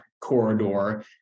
corridor